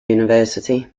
university